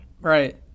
right